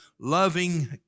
loving